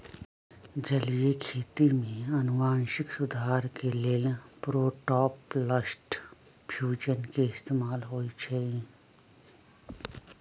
जलीय खेती में अनुवांशिक सुधार के लेल प्रोटॉपलस्ट फ्यूजन के इस्तेमाल होई छई